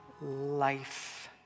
life